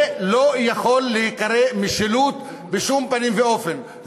זה לא יכול להיקרא משילות בשום פנים ואופן,